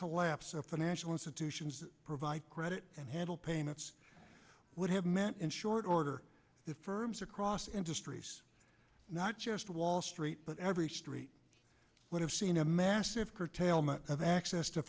collapse of financial institutions that provide credit and handle payments would have meant in short order the firms across industries not just wall street but every street would have seen a massive curtailment of access to